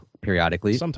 periodically